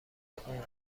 اون